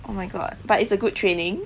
oh my god but it's a good training